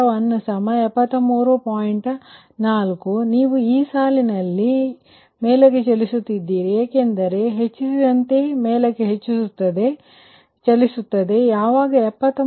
4 ಏಕೆಂದರೆ ನೀವು ಈ ಸಾಲಿನಲ್ಲಿ ಈ ಸಾಲಿನಲ್ಲಿ ನೀವು ಮೇಲಕ್ಕೆ ಚಲಿಸುತ್ತಿದ್ದೀರಿ ಏಕೆಂದರೆ ನೀವು ಹೆಚ್ಚಿಸಿದರೆ ಅದು ಮೇಲಕ್ಕೆ ಚಲಿಸುತ್ತದೆ ಮತ್ತು ಅದು ಯಾವಾಗ 73